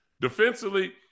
defensively